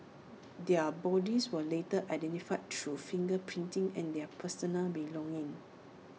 their bodies were later identified through finger printing and their personal belongings